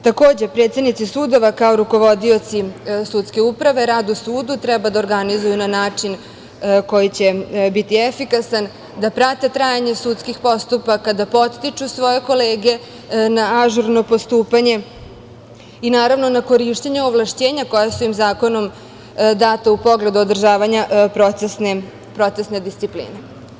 Takođe, predsednici sudova kao rukovodioci sudske uprave rad u sudu treba da organizuju na način koji će biti efikasan, da prate trajanje sudskih postupaka, da podstiču svoje kolege na ažurno postupanje i naravno na korišćenje ovlašćenja koja su im zakonom data u pogledu održavanja procesne discipline.